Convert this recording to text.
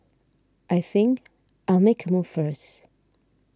I think I'll make a move first